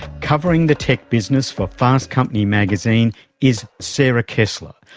covering the tech business for fast company magazine is sarah kessler,